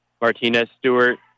Martinez-Stewart